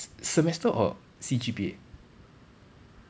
semester or C_G_P_A